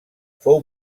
fou